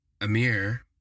Amir